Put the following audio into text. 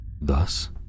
Thus